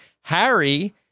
Harry